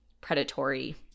predatory